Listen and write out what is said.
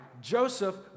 Joseph